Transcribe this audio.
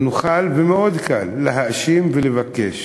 ונוכל, ומאוד קל, להאשים ולבקש.